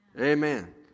Amen